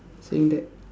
saying that